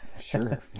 sure